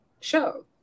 show